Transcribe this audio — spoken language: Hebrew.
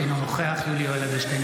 אינו נוכח יולי יואל אדלשטיין,